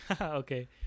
Okay